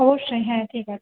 অবশ্যই হ্যাঁ ঠিক আছে